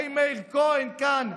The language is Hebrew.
האם מאיר כהן כאן,